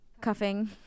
cuffing